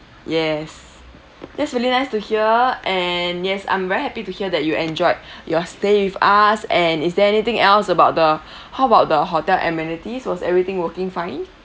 yes that's really nice to hear and yes I'm very happy to hear that you enjoyed your stay with us and is there anything else about the how about the hotel amenities was everything working fine